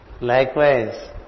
Likewise